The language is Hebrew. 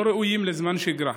הם לא ראויים לזמן שגרה.